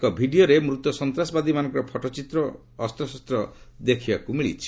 ଏକ ଭିଡ଼ିଓରେ ମୃତ ସନ୍ତାସବାଦୀମାନଙ୍କର ଫଟୋ ଚିତ୍ର ଓ ଅସ୍ତ୍ରଶସ୍ତ ଦେଖିବାକୁ ମିଳିଛି